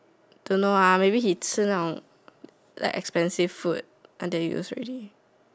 don't know ah maybe he 吃那种 like expensive food until use already